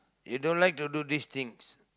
you don't like to do these things